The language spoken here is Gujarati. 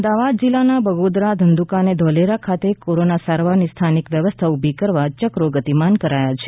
અમદાવાદ જિલ્લાના બગોદરા ધંધુકા ધોલેરા ખાતે કોરોના સારવારની સ્થાનિક વ્યવસ્થા ઉભી કરવા ચક્રો ગતિમાન કરાયા છે